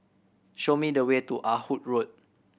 show me the way to Ah Hood Road